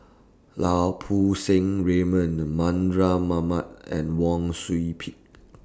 Lau Poo Seng Raymond Mardan Mamat and Wang Sui Pick